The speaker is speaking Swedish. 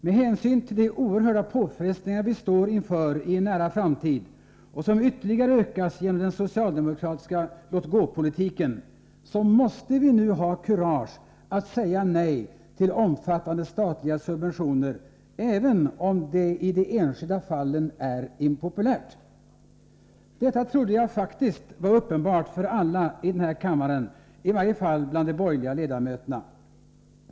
Med hänsyn till de oerhörda påfrestningar som vi står inför i en nära framtid och som ytterligare ökas genom den socialdemokratiska låt-gå-politiken måste vi nu ha kurage att säga nej till omfattande statliga subventioner, även om det i de enskilda fallen är impopulärt. Detta trodde jag faktiskt var uppenbart för alla i den här kammaren, i varje fall bland de borgerliga ledamöterna.